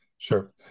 Sure